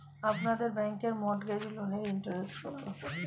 আপনাদের ব্যাংকে মর্টগেজ লোনের ইন্টারেস্ট কত?